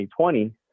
2020